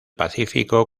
pacífico